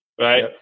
right